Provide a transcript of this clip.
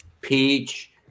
peach